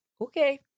okay